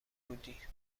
بودی